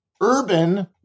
urban